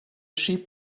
sheep